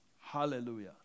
Hallelujah